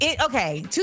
Okay